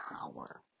power